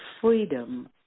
freedom